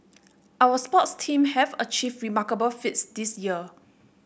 our sports team have achieved remarkable feats this year